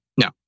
no